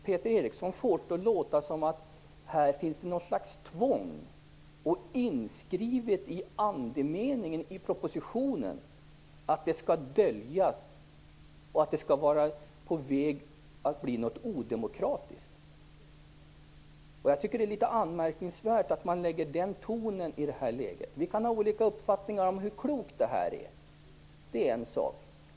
Peter Eriksson får det att låta som att det här finns något slags tvång inskrivet och att andemeningen i propositionen är att det skall döljas, och att det är på väg att bli något odemokratiskt. Jag tycker att det är litet anmärkningsvärt att man har den tonen i det här läget. Vi kan ha olika uppfattningar om hur klokt detta är. Det är en sak.